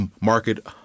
market